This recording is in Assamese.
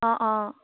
অঁ অঁ